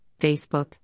Facebook